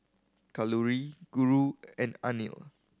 Kalluri Guru and Anil